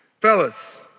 Fellas